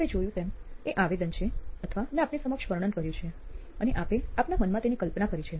આપે જોયું તેમ એ આવેદન છે અથવા મેં આપની સમક્ષ વર્ણન કર્યું છે અને આપે આપના મનમાં તેની કલ્પના કરી છે